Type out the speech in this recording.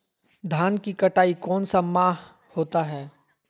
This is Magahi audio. धान की कटाई कौन सा माह होता है?